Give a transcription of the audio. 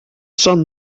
sun